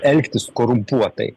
elgtis korumpuotai